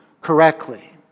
correctly